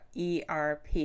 ERP